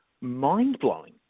mind-blowing